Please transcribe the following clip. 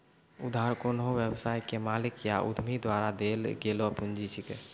उधार कोन्हो व्यवसाय के मालिक या उद्यमी द्वारा देल गेलो पुंजी छिकै